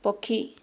ପକ୍ଷୀ